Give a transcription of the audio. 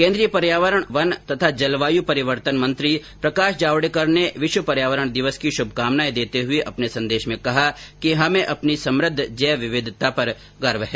केन्द्रीय पर्यावरण वन और जलवायु परिवर्तन मंत्री प्रकाश जावडेकर ने विश्व पर्यावरण दिवस की शुभमाकनाएं देते हुए अपने संदेश में कहा है कि हमे अपनी समृद्ध जैव विविधता पर गर्व है